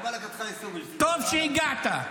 וטוב שהגעת, טוב שהגעת.